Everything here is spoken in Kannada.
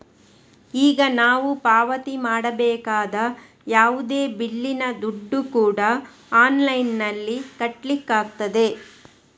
ಈಗ ನಾವು ಪಾವತಿ ಮಾಡಬೇಕಾದ ಯಾವುದೇ ಬಿಲ್ಲಿನ ದುಡ್ಡು ಕೂಡಾ ಆನ್ಲೈನಿನಲ್ಲಿ ಕಟ್ಲಿಕ್ಕಾಗ್ತದೆ